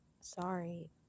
sorry